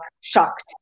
shocked